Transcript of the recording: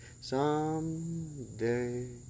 Someday